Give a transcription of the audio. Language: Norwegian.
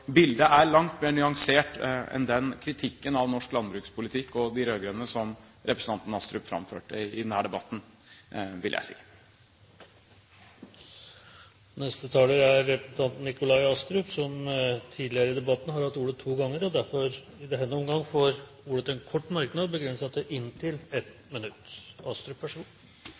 bildet er langt mer nyansert enn den kritikken av norsk landbrukspolitikk og de rød-grønne som representanten Astrup framførte i denne debatten, vil jeg si. Representanten Nikolai Astrup har hatt ordet to ganger tidligere i debatten og får derfor i denne omgang ordet til en kort merknad, begrenset til 1 minutt.